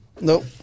Nope